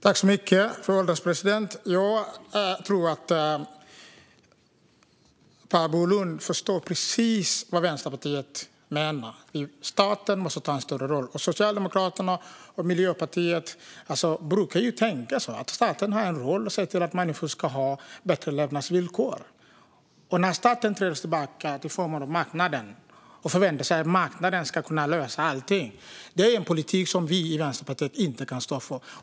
Fru ålderspresident! Jag tror att Per Bolund förstår precis vad Vänsterpartiet menar. Staten måste ta en större roll. Socialdemokraterna och Miljöpartiet brukar tänka att staten har en roll i att se till att människor får bättre levnadsvillkor. När staten trängs tillbaka kommer marknaden in. Man förväntar sig att marknaden ska lösa allting. Det är en politik som vi i Vänsterpartiet inte kan stå för.